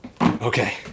Okay